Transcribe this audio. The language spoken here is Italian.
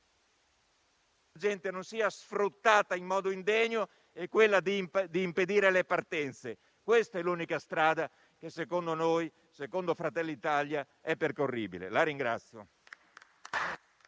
sì che non sia sfruttata in modo indegno è quello di impedire le partenze. Questa è l'unica strada che, secondo noi e secondo Fratelli d'Italia, è percorribile.